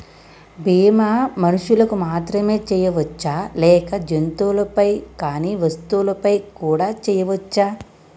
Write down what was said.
బీమా మనుషులకు మాత్రమే చెయ్యవచ్చా లేక జంతువులపై కానీ వస్తువులపై కూడా చేయ వచ్చా?